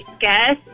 guess